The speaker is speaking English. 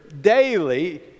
daily